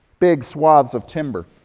big swaths of timber.